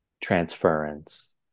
transference